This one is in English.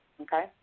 okay